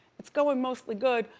it's going mostly good,